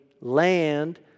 land